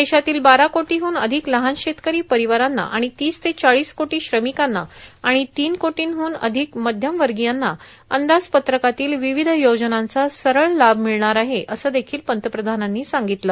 देशातील बारा कोटीहून अधिक लहान शेतकरी परिवारांना आणि तीस ते चाळीस कोटी श्रमिकांना आणि तीन कोटीहून अधिक मध्यम वर्गीयांना अंदाज पत्रकातील विविध योजनांचा सरळ लाभ मिळणार आहे असं देखिल पंतप्रधानांनी सांगितलं